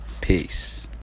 Peace